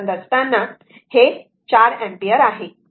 आतानोड A वर v हे voltage आहे